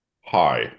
hi